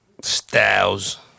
Styles